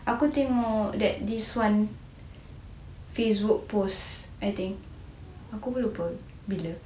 aku tengok that this [one] facebook post I think aku pun lupa bila